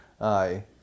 aye